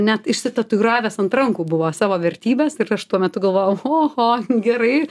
net išsitatuiravęs ant rankų buvo savo vertybes ir aš tuo metu galvojau oho gerai